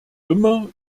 immer